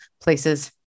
places